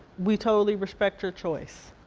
we totally respect your choice.